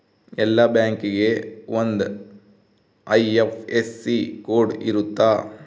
ಎಲ್ಲಾ ಬ್ಯಾಂಕಿಗೆ ಒಂದ್ ಐ.ಎಫ್.ಎಸ್.ಸಿ ಕೋಡ್ ಇರುತ್ತ